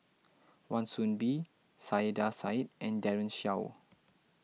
Wan Soon Bee Saiedah Said and Daren Shiau